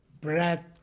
bread